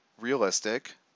realistic